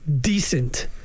Decent